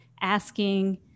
asking